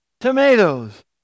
tomatoes